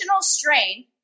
strain